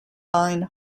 line